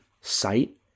site